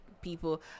people